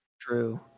True